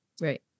Right